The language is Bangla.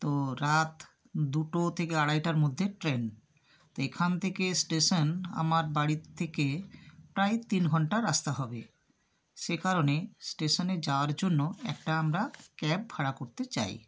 তো রাত দুটো থেকে আড়াইটার মধ্যে ট্রেন তো এখান থেকে ষ্টেশন আমার বাড়ির থেকে প্রায় তিন ঘন্টার রাস্তা হবে সে কারণে স্টেশনে যাওয়ার জন্য একটা আমরা ক্যাব ভাড়া করতে চাই